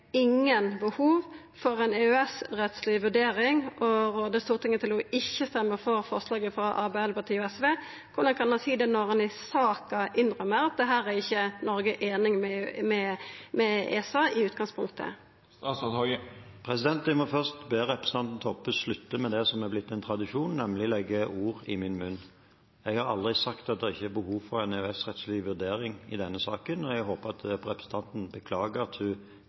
behov for ei EØS-rettsleg vurdering og rår Stortinget til ikkje å stemma for forslaget frå Arbeidarpartiet og SV. Korleis kan han seia det når han i saka innrømmer at her er ikkje Noreg einig med ESA i utgangspunktet? Jeg må først be representanten Toppe slutte med det som er blitt en tradisjon, nemlig å legge ord i min munn. Jeg har aldri sagt at det ikke er behov for en EØS-rettslig vurdering i denne saken, og jeg håper representanten beklager at